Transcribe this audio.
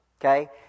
okay